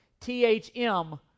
THM